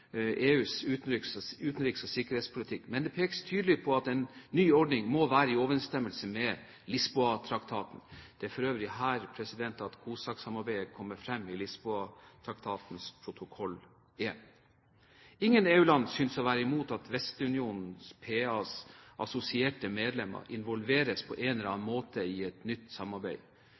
EUs utenriks- og sikkerhetspolitikk, men det pekes tydelig på at en ny ordning må være i overensstemmelse med Lisboa-traktaten. Det er for øvrig her at COSAC-samarbeidet kommer frem i Lisboa-traktatens protokoll 1. Ingen EU-land synes å være imot at Vestunionen PAs assosierte medlemmer involveres på en eller annen måte i et nytt samarbeid,